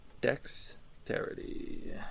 Dexterity